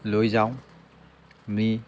লৈ যাওঁ নি